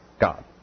God